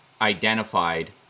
identified